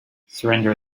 surrender